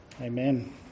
Amen